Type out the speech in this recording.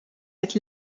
het